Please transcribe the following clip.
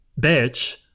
bitch